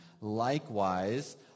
Likewise